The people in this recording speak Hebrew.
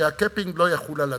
שה-capping לא יחול על "הדסה",